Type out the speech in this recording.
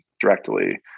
directly